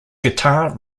guitar